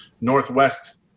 Northwest